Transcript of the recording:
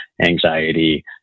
anxiety